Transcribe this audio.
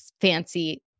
fancy